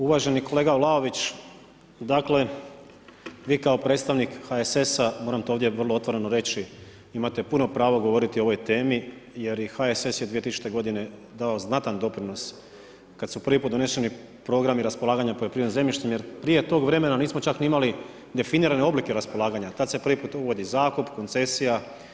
Uvaženi kolega Vlaović, dakle vi kao predstavnik HSS-a moram to ovdje vrlo otvoreno reći imate puno pravo govoriti o ovoj temi jer i HSS je 2000. godine dao znatan doprinos kada su prvi puta doneseni programi raspolaganja poljoprivrednim zemljištem jer prije tog vremena nismo čak ni imali definirane oblike raspolaganja, tada se prvi put uvodi zakup, koncesija.